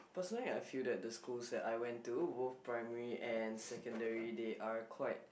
personally I feel that the school that I went to both primary and secondary they are quite